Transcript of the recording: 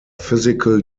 physical